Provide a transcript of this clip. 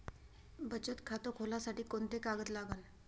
बचत खात खोलासाठी कोंते कागद लागन?